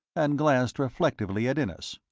and glanced reflectively at innes.